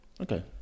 Okay